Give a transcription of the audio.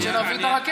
עד שנביא את הרכבת.